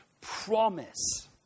promise